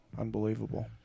unbelievable